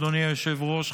אדוני היושב-ראש,